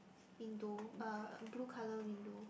window uh blue color window